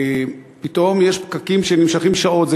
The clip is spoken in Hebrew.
פתאום יש פקקים שנמשכים שעות.